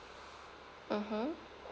mmhmm